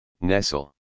Nestle